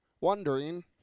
wondering